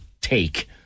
take